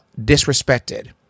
disrespected